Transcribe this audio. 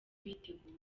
biteguye